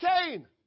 Cain